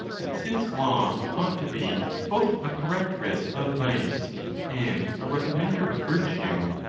that since law ought to be both a correctress of vice and a recommender of virtue,